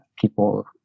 people